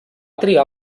triar